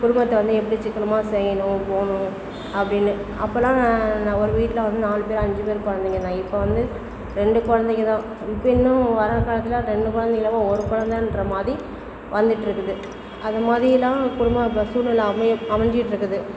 குடும்பத்தை வந்து எப்படி சிக்கனமாக செய்யணும் போகணும் அப்படின்னு அப்பெல்லாம் நான் ஒரு வீட்டில வந்து நாலு பேர் அஞ்சு பேர் குழந்தைங்க நான் இப்போ வந்து ரெண்டு குழந்தைங்க தான் இப்போ இன்னும் வர்ற காலத்திலலாம் ரெண்டு குழந்தைங்க இல்லாமல் ஒரு குழந்தன்ற மாதிரி வந்துட்டிருக்குது அது மாதிரிலாம் குடும்பம் இப்போ சூழ்நிலை அமைய அமைஞ்சிட்டிருக்குது